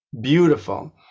beautiful